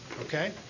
Okay